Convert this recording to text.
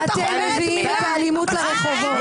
אתם מביאים את האלימות לרחובות.